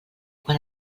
quan